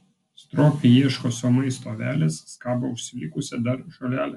stropiai ieško sau maisto avelės skabo užsilikusią dar žolelę